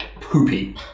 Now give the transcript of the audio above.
poopy